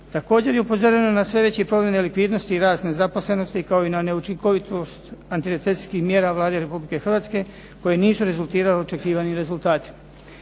Također je upozoreno na sve veći problem nelikvidnosti i rast nezaposlenosti kao i na neučinkovitost antirecesijskih mjera Vlade Republike Hrvatske koji nisu rezultirali očekivanim rezultatima.